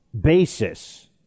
basis